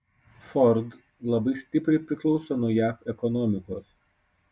ford labai stipriai priklauso nuo jav ekonomikos